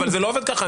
אבל זה לא עובד ככה.